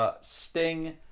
Sting